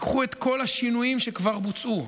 לקחו את כל השינויים שכבר בוצעו,